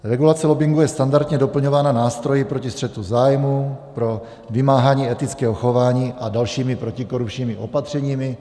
Regulace lobbingu je standardně doplňována nástroji proti střetu zájmů, pro vymáhání etického chování a dalšími protikorupčními opatřeními.